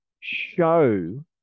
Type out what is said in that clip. show